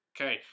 okay